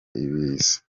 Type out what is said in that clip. ibiza